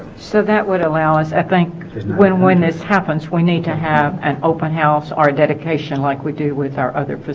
so that would allow us i think when when this happens we need to have an open house our dedication like we do with our other